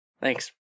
thanks